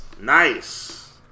Nice